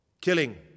Killing